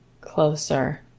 closer